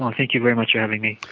um thank you very much for having me.